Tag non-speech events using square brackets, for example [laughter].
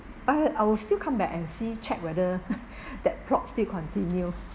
ah I will still come back and see check whether [laughs] that plot still continue